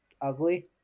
ugly